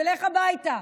ולך הביתה,